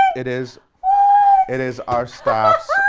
it is it is our staff's,